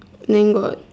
then got